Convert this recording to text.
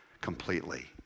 completely